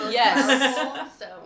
yes